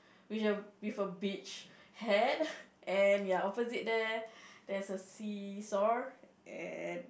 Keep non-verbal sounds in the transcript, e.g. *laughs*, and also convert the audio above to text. which err with a beach hat *laughs* and ya opposite there there's a see saw and